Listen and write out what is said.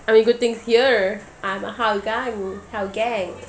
I mean good things here I'm a hougang hougang